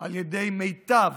על ידי מיטב